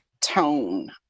tone